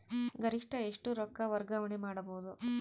ಗರಿಷ್ಠ ಎಷ್ಟು ರೊಕ್ಕ ವರ್ಗಾವಣೆ ಮಾಡಬಹುದು?